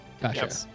gotcha